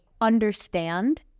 understand